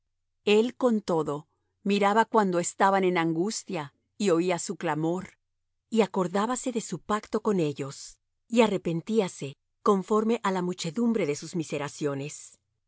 el con todo miraba cuando estaban en angustia y oía su clamor y acordábase de su pacto con ellos y arrepentíase conforme á la muchedumbre de sus